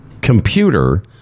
computer